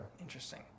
Interesting